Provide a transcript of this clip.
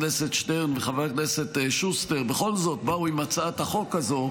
הכנסת שטרן וחבר הכנסת שוסטר בכל זאת באו עם הצעת החוק הזו,